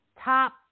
top